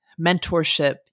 mentorship